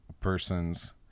person's